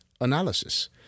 analysis